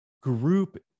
group